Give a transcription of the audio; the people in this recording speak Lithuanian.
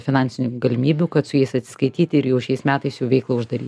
finansinių galimybių kad su jais atsiskaityti ir jau šiais metais jų veikla uždary